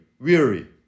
Weary